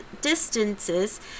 distances